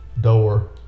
door